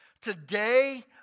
Today